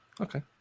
Okay